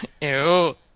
Ew